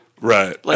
Right